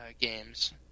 games